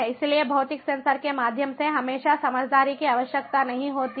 इसलिए भौतिक सेंसर के माध्यम से हमेशा समझदारी की आवश्यकता नहीं होती है